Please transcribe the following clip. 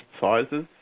sizes